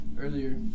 earlier